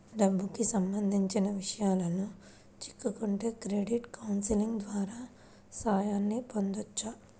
డబ్బుకి సంబంధించిన విషయాల్లో చిక్కుకుంటే క్రెడిట్ కౌన్సిలింగ్ ద్వారా సాయాన్ని పొందొచ్చు